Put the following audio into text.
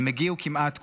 הם הגיעו כמעט כולם,